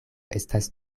estas